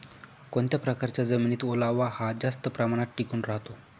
कोणत्या प्रकारच्या जमिनीत ओलावा हा जास्त प्रमाणात टिकून राहतो?